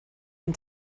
and